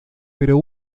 pero